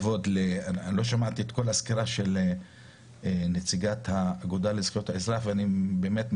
לא שמעתי את כל הסקירה של הנציגה של האגודה לזכויות האזרח - זו